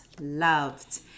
loved